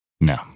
No